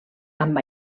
amb